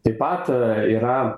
taip pat yra